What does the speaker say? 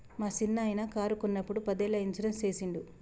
మా సిన్ననాయిన కారు కొన్నప్పుడు పదేళ్ళ ఇన్సూరెన్స్ సేసిండు